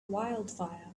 wildfire